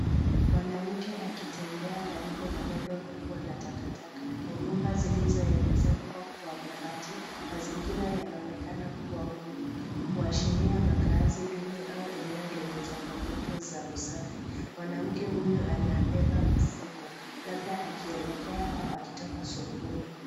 Mwanamke akitembea karibu na rundo kubwa la takataka na nyumba zilizoezekwa kwa mabati. Mazingira yanaonekana kuwa ngumu kuashiri makaazi duni au eneo lenye changamoto za usafi. Mwanamke huyu anabeba mfuko labda akielekea au akitoka sokoni.